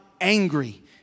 angry